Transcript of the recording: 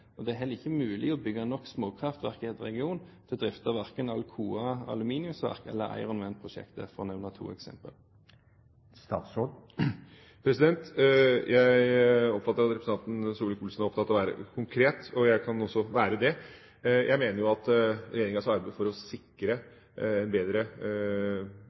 og det er heller ikke mulig å bygge nok småkraftverk i en region til å drifte verken Alcoa aluminiumsverk eller Ironman-prosjektet, for å nevne to eksempler. Jeg oppfattet at representanten Solvik-Olsen er opptatt av å være konkret, og jeg kan også være det. Jeg mener at regjeringas arbeid for å sikre en bedre